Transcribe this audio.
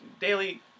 Daily